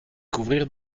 couvrir